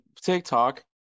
TikTok